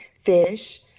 Fish